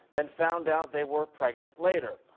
then found out they were pregnant later.